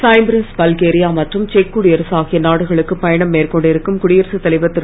Cyprus Bulgaria மற்றும் செக் குடியரசு ஆகிய நாடுகளுக்கு பயணம் மேற்கொண்டிருக்கும் குடியரசுத் தலைவர் திரு